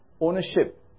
ownership